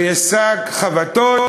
ויהיה שק חבטות,